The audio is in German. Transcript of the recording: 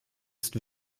ist